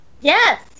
Yes